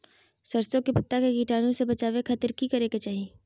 सरसों के पत्ता के कीटाणु से बचावे खातिर की करे के चाही?